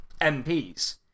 MPs